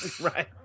right